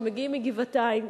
שמגיעים מגבעתיים,